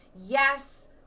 Yes